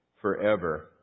forever